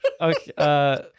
Okay